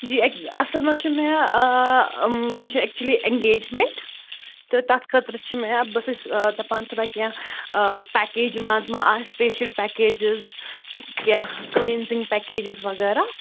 جی اٮ۪ے اَصٕل منٛز چھُ مےٚ مےٚ چھِ ایکچُؤلی اینگج میٚنٹ تہٕ تَتھ خٲطرٕ چھِ مےٚ بہٕ ٲسٕس دَپان تھوڑا کیٚنٛہہ پیکیج منٛز ما آسہِ سِپیشَل پیکیجِز کیٚنٛہہ پیکیجِز وغیرہ